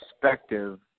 perspective